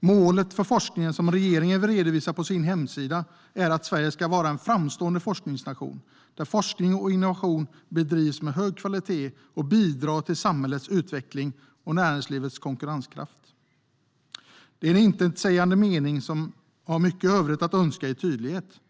Målet för forskningen som regeringen redovisar på sin hemsida är att Sverige ska vara en framstående forskningsnation, där forskning och innovation bedrivs med hög kvalitet och bidrar till samhällets utveckling och näringslivets konkurrenskraft. Det är en intetsägande mening som har mycket övrigt att önska i tydlighet.